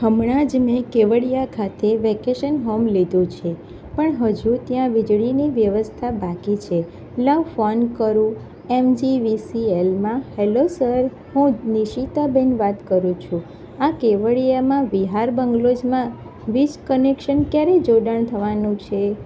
હમણાં જ મેં કેવડિયા ખાતે વેકેશન હોમ લીધું છે પણ હજુ ત્યાં વીજળીની વ્યવસ્થા બાકી છે લાવ ફોન કરું M G V C L માં હેલો સર હું નિશિતા બેન વાત કરું છું આ કેવડિયામાં વિહાર બંગલોઝમાં વીજ કનેક્શન ક્યારે જોડાણ થવાનું છે